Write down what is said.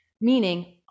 meaning